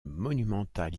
monumentale